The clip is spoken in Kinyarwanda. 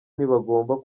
ntibagomba